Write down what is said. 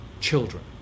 children